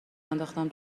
انداختم